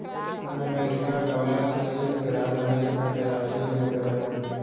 America dollar संयुक्त राज्य America के राष्ट्रीय मुद्रा हइ